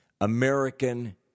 American